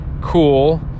cool